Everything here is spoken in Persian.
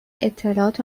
اطلاعات